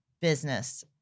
business